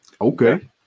Okay